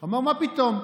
אמר: מה פתאום?